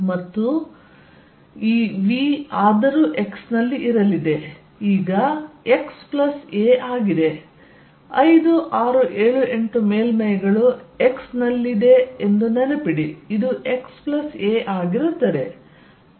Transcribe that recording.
ಮತ್ತು ಈ v ಆದರೂ x ನಲ್ಲಿ ಇರಲಿದೆ ಈಗ x a ಆಗಿದೆ 5 6 7 8 ಮೇಲ್ಮೈಗಳು x ನಲ್ಲಿದೆ ಎಂದು ನೆನಪಿಡಿ ಇದು x a ಆಗಿರುತ್ತದೆ